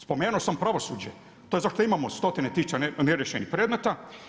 Spomenuo sam pravosuđe, to je zašto imamo stotine tisuća neriješenih predmeta.